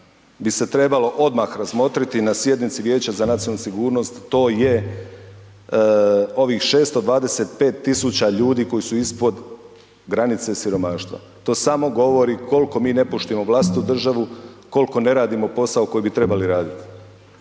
bi se trebalo odmah razmotriti na sjednici Vijeća za nacionalnu sigurnost to je ovih 625 tisuća ljudi koji su ispod granice siromaštva, to samo govori koliko mi ne poštujemo vlastitu državu, koliko ne radimo posao koji bi trebali raditi.